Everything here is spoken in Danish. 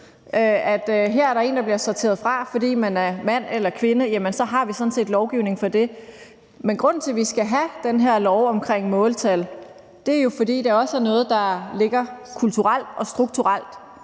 at der her er en, der bliver sorteret fra, fordi vedkommende er mand eller kvinde, jamen så har vi sådan set lovgivning mod det. Men grunden til, at vi skal have den her lov omkring måltal, er jo, at det også er noget, der ligger kulturelt og strukturelt.